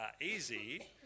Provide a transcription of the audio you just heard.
easy